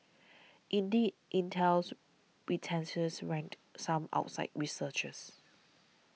indeed Intel's reticence rankled some outside researchers